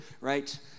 right